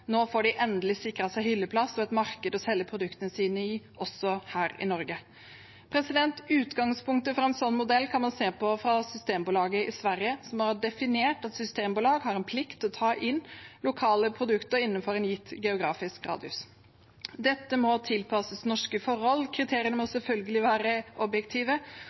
får nå endelig sikret seg hylleplass og et marked å selge produktene sine i, også her i Norge. Utgangspunktet for en sånn modell kan man se ved Systembolaget i Sverige, som har definert at et systembolag har en plikt til å ta inn lokale produkter innenfor en gitt geografisk radius. Dette må tilpasses norske forhold. Kriteriene må selvfølgelig være objektive.